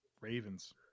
Ravens